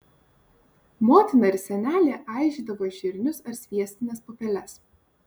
motina ir senelė aižydavo žirnius ar sviestines pupeles